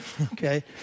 Okay